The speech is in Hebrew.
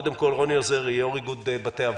קודם כול, רוני עוזרי, יו"ר איגוד בתי האבות.